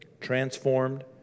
Transformed